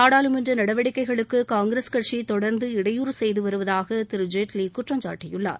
நாடாளுமன்ற நடவடிக்கைகளுக்கு காங்கிரஸ் கட்சி தொடர்ந்து இடையூறு செய்துவருவதாக திரு ஜேட்வி குற்றம் சாட்டியுள்ளார்